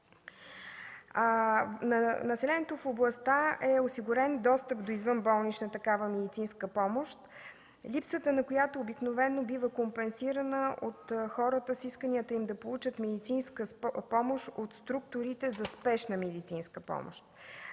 Населението в областта е с осигурен достъп до извънболнична медицинска помощ, липсата на която обикновено бива компенсирана от хората с исканията им да получат медицинска помощ от структурите за Спешна медицинска помощ.